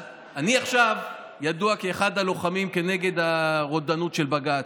אני עכשיו ידוע כאחד הלוחמים נגד הרודנות של בג"ץ.